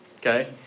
okay